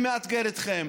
אני מאתגר אתכם,